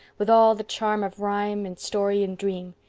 with all the charm of rhyme and story and dream.